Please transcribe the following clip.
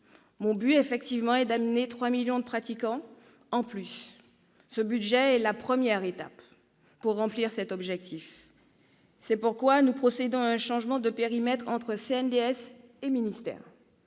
Mon but est d'attirer trois millions de pratiquants en plus. Ce budget est la première étape pour remplir cet objectif ; c'est pourquoi nous procédons à un changement de périmètre entre le Centre